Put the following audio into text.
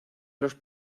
los